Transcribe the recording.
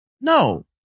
No